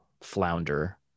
flounder